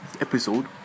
episode